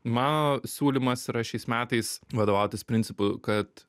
mano siūlymas yra šiais metais vadovautis principu kad